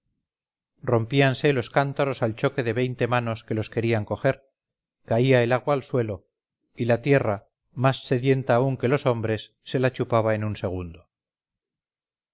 brutalidad rompíanse los cántaros al choque de veinte manos que los querían coger caía el agua al suelo y la tierra más sedienta aún que los hombres se la chupaba en un segundo